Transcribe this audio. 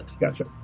Gotcha